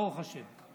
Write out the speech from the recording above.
ברוך השם.